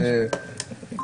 זאת אומרת,